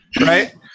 Right